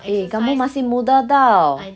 eh kamu masih muda tahu